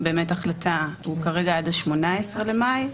החלטה עד 18 במאי.